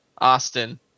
Austin